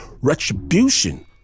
retribution